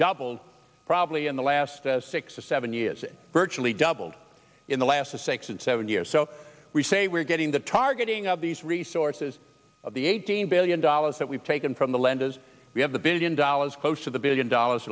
doubled probably in the last six or seven years and virtually doubled in the last six and seven years so we say we're getting the targeting of these resources of the eighteen billion dollars that we've taken from the lenders we have the billion dollars close to the billion dollars